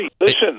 Listen